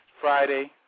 Friday